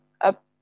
up